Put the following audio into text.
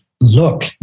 Look